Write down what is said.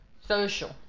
social